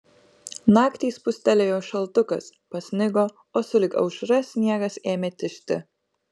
naktį spustelėjo šaltukas pasnigo o sulig aušra sniegas ėmė tižti